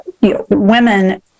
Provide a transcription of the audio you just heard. Women